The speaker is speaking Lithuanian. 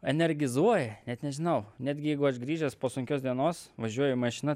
energizuoja net nežinau netgi jeigu aš grįžęs po sunkios dienos važiuoju mašina